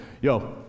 Yo